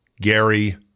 Gary